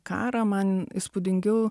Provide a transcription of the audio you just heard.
karą man įspūdingiau